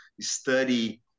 study